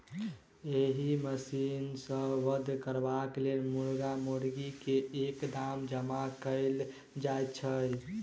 एहि मशीन सॅ वध करबाक लेल मुर्गा मुर्गी के एक ठाम जमा कयल जाइत छै